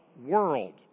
World